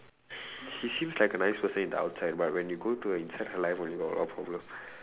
she seems like a nice person in the outside but when you go to her inside her life really got a lot of problem